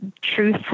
truth